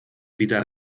wieder